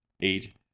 eight